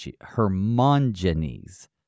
Hermogenes